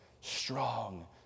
strong